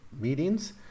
meetings